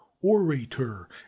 orator